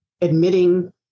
admitting